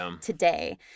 today